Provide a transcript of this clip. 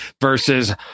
versus